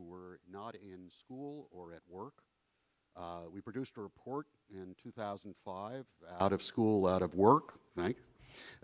who were not in school or at work we produced a report in two thousand and five out of school out of work